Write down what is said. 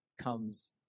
comes